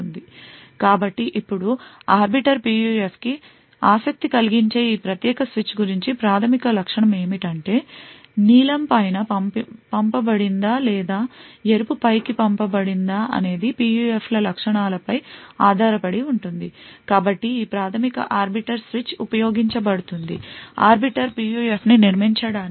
కాబట్టి ఇప్పుడు ఆర్బిటర్ PUFకు ఆసక్తి కలిగించే ఈ ప్రత్యేక స్విచ్ గురించి ప్రాథమిక లక్షణం ఏమిటంటే నీలం పైన పంపబడిందా లేదా ఎరుపు పైకి పంపబడిందా అనేది ఈ PUFల లక్షణాలపై ఆధారపడి ఉంటుంది కాబట్టి ఈ ప్రాథమిక ఆర్బిటర్ స్విచ్ ఉపయోగించబడుతుంది ఆర్బిటర్ PUF ని నిర్మించడానికి